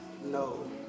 no